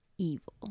Evil